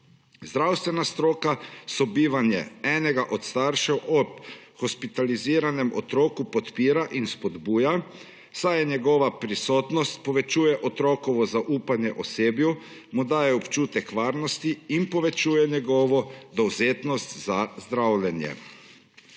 Zdravstvena stroka sobivanje enega od staršev ob hospitaliziranem otroku podpira in spodbuja, saj njegova prisotnost povečuje otrokovo zaupanje osebju, mu daje občutek varnosti in povečuje njegovo dovzetnost za zdravljenje.